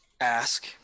ask